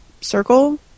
circle